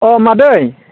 अह मादै